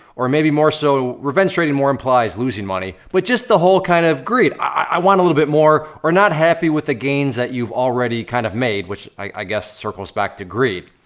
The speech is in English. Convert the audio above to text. or maybe more so, revenge trading more implies losing money, but just the whole kind of greed. i want a little bit more, or not happy with the gains that you've already kind of made, which i guess, circles back to greed.